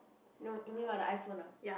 no you mean what the iPhone ah